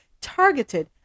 targeted